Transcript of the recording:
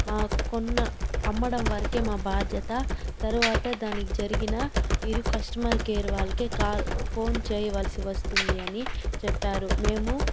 మా కొన్న అమ్మడం వరకే మా బాధ్యత తర్వాత దానికి జరిగిన మీరు కస్టమర్ కేర్ వాళ్ళకే కాల్ ఫోన్ చేయవలసి వస్తుంది అని చెప్పారు మేము